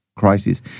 Crisis